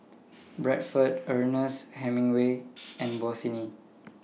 Bradford Ernest Hemingway and Bossini